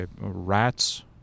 rats